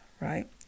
right